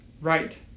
right